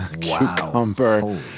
cucumber